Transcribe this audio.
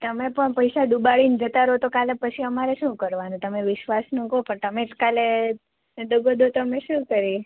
તમે પણ પૈસા ડૂબાડીને જતા રહો તો કાલે પછી અમારે શું કરવાનું તમે વિશ્વાસનું કહો પણ તમે જ કાલે દગો દો તો અમે શું કરીએ